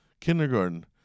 kindergarten